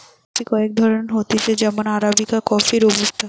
coffee কয়েক ধরণের হতিছে যেমন আরাবিকা কফি, রোবুস্তা